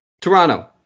Toronto